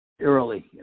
early